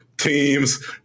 teams